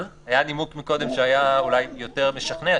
שהיה אולי יותר משכנע,